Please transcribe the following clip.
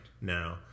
No